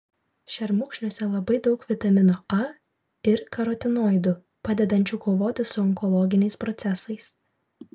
šermukšniuose labai daug vitamino a ir karotinoidų padedančių kovoti su onkologiniais procesais